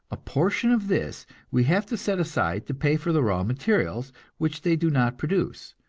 a portion of this we have to set aside to pay for the raw materials which they do not produce,